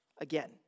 again